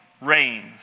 reigns